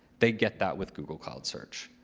they get that with google cloud search.